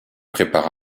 prépare